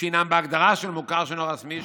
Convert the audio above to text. שהינם בהגדרה של מוכר שאינו רשמי,